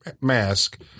mask